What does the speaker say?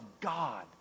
God